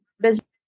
business